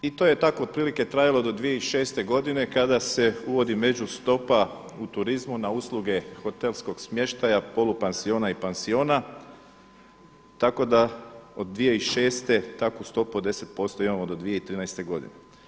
I to je tako otprilike trajalo do 2006. godine kada se uvodi međustopa u turizmu na usluge hotelskog smještaja polupansiona i pansiona tako da od 2006. takvu stopu od 10% imamo do 2013. godine.